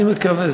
אני מקווה.